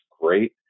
great